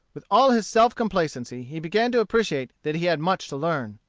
with all his self-complacency he began to appreciate that he had much to learn.